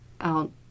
out